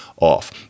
off